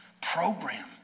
program